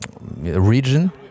region